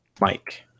Mike